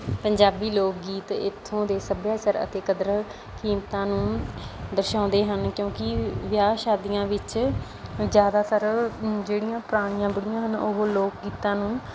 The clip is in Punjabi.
ਪੰਜਾਬੀ ਲੋਕ ਗੀਤ ਇੱਥੋਂ ਦੇ ਸੱਭਿਆਚਾਰ ਅਤੇ ਕਦਰਾਂ ਕੀਮਤਾਂ ਨੂੰ ਦਰਸਾਉਂਦੇ ਹਨ ਕਿਉਂਕਿ ਵਿਆਹ ਸ਼ਾਦੀਆਂ ਵਿੱਚ ਜ਼ਿਆਦਾਤਰ ਜਿਹੜੀਆਂ ਪੁਰਾਣੀਆਂ ਬੁੱਢੀਆਂ ਹਨ ਉਹ ਲੋਕ ਗੀਤਾਂ ਨੂੰ